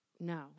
No